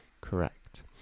Correct